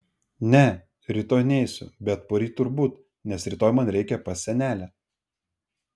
ne rytoj neisiu bet poryt turbūt nes rytoj man reikia pas senelę